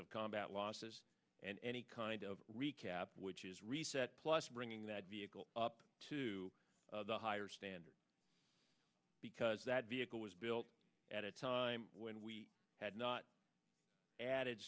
of combat losses and any kind of recap which is reset plus bringing that vehicle up to the higher standard because that vehicle was built at a time when we had not added